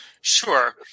Sure